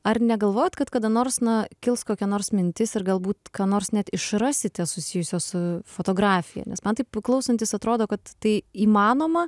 ar negalvojot kad kada nors na kils kokia nors mintis ir galbūt ką nors net išrasite susijusio su fotografija nes man taip klausantis atrodo kad tai įmanoma